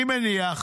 אני מניח